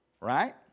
Right